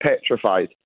petrified